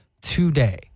today